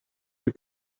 you